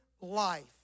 life